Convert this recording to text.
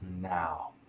now